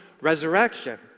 resurrection